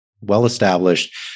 well-established